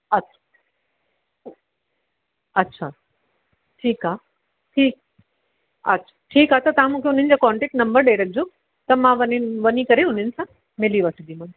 अच्छा अच्छा ठीकु आहे जी अच्छा ठीकु आहे त तव्हां मूंखे उन्हनि जो कोन्टेक्ट नम्बर ॾेई रखिजो त मां वञी वञी करे उन्हनि सां मिली वठदीमान